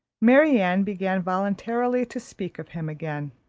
marianne began voluntarily to speak of him again